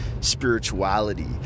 spirituality